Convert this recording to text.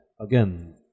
again